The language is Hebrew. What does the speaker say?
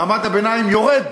מעמד הביניים יורד